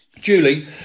Julie